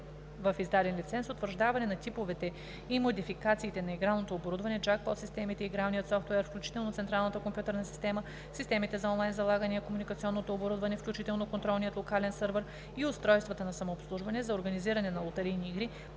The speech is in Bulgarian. в издаден лиценз, утвърждаване на типовете и модификациите на игралното оборудване, джакпот системите, игралния софтуер, включително централната компютърна система, системите за онлайн залагания, комуникационното оборудване, включително контролния локален сървър, и устройствата на самообслужване за организиране на лотарийни игри,